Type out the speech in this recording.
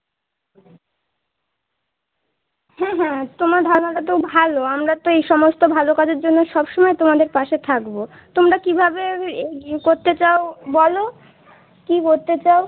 হুম হ্যাঁ তোমার ভাবনাটা তো ভালো আমরা তো এই সমস্ত ভালো কাজের জন্য সব সময় তোমাদের পাশে থাকবো তোমরা কীভাবে এগ ইয়ে করতে চাও বলো কী করতে চাও